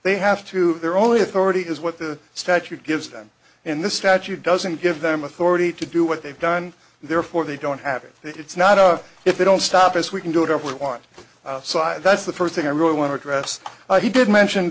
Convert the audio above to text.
they have to their only authority is what the statute gives them and the statute doesn't give them authority to do what they've done therefore they don't have it it's not enough if they don't stop this we can do whatever we want that's the first thing i really want to address he did mention